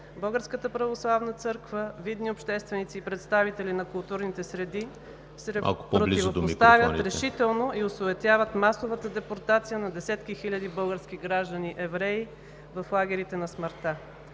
Българската православна църква, видни общественици и представители на културните среди, се противопоставят решително и осуетяват масовата депортация на десетки хиляди български граждани евреи в лагерите на смъртта.